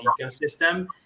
ecosystem